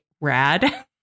rad